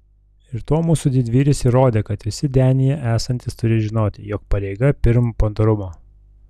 ir tuo mūsų didvyris įrodė kad visi denyje esantys turi žinoti jog pareiga pirm padorumo